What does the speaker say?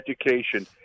education